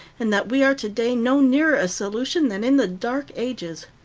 and that we are today no nearer a solution than in the dark ages.